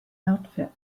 outfit